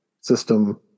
system